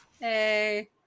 hey